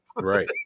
Right